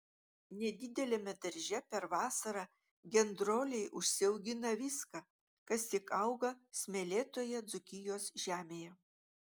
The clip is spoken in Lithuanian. nedideliame darže per vasarą gendroliai užsiaugina viską kas tik auga smėlėtoje dzūkijos žemėje